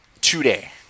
today